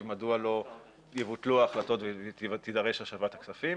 מדוע לא יבוטלו ההחלטות ותידרש השבת כספים,